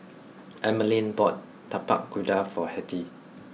Emmaline bought Tapak Kuda for Hettie